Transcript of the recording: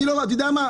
אתה יודע מה,